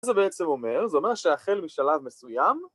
‫מה זה בעצם אומר? ‫זה אומר שהחל משלב מסוים...